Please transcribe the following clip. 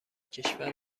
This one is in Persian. کشور